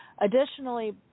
additionally